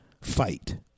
fight